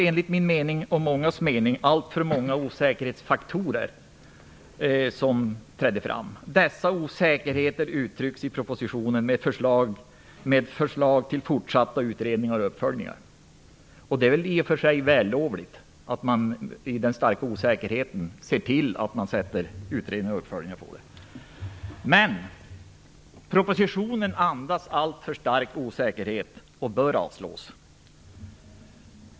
Enligt min och många andras mening var det alltför många osäkerhetsfaktorer som trädde fram. Dessa osäkerheter uttrycks i propositionen i ett förslag om fortsatt utredning och uppföljning. Det är i och för sig vällovligt att man, när så stor osäkerhet råder, ser till att det blir utredningar och uppföljningar. Propositionen andas dock en alltför stor osäkerhet och bör därför avslås.